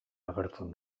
agertzen